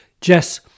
Jess